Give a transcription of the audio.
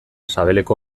sabeleko